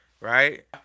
right